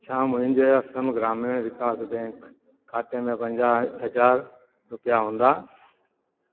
छा मुंहिंजे असम ग्रामीण विकास बैंक खाते में पंजाहु हज़ार रुपिया हूंदा